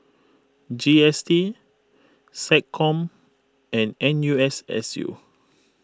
G S T SecCom and N U S S U